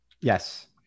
Yes